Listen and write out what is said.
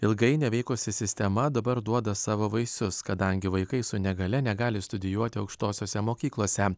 ilgai neveikusi sistema dabar duoda savo vaisius kadangi vaikai su negalia negali studijuoti aukštosiose mokyklose